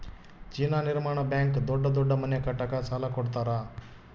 China ನಿರ್ಮಾಣ bank ದೊಡ್ಡ ದೊಡ್ಡ ಮನೆ ಕಟ್ಟಕ ಸಾಲ ಕೋಡತರಾ